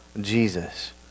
Jesus